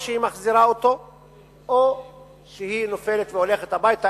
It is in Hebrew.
או שהיא מחזירה אותו או שהיא נופלת והולכת הביתה,